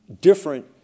different